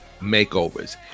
makeovers